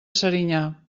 serinyà